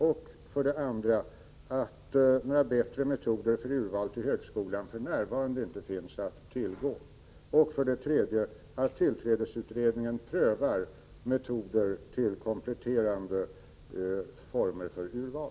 Jag sade också att några bättre metoder för urval till högskolan för närvarande inte finns att tillgå och att tillträdesutredningen prövar frågan om kompletterande metoder för urval.